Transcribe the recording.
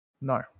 No